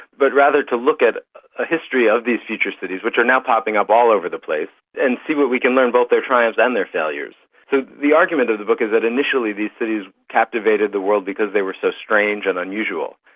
but rather to look at a history of these future cities, which are now popping up all over the place, and see what we can learn of both their triumphs and their failures. so the argument of the book is that initially these cities captivated the world because they were so strange and unusual,